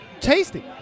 tasty